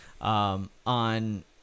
on